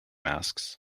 masks